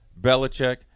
Belichick